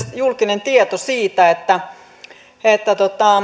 julkinen tieto siitä